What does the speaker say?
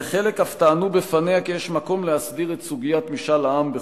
וחלק אף טענו בפניה כי יש מקום להסדיר את סוגיית משאל העם בחוק-יסוד.